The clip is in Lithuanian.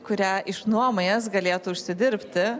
kurią išnuomojęs galėtų užsidirbti